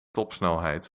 topsnelheid